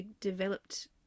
developed